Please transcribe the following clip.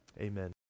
Amen